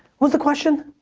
what's the question?